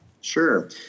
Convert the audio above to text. Sure